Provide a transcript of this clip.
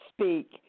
speak